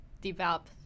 develop